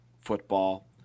football